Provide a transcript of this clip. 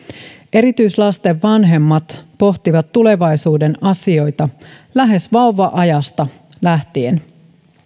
erityislasten vanhemmat pohtivat tulevaisuuden asioita lähes vauva ajasta lähtien